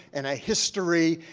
and a history,